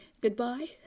Goodbye